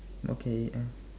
okay